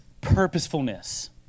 purposefulness